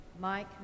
Mike